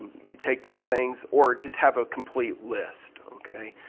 you take those things. or just have a complete list, okay,